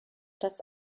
dass